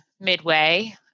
midway